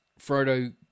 Frodo